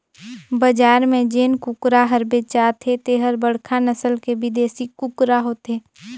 बजार में जेन कुकरा हर बेचाथे तेहर बड़खा नसल के बिदेसी कुकरा होथे